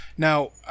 Now